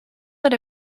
that